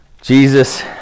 Jesus